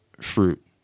fruit